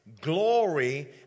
glory